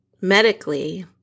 medically